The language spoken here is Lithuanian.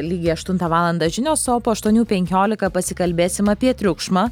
lygiai aštuntą valandą žinios o po aštuonių penkiolika pasikalbėsim apie triukšmą